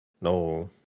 No